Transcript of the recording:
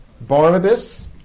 Barnabas